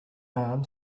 arm